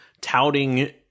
touting